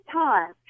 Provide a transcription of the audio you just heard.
time